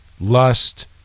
lust